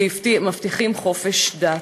ומבטיחים חופש דת.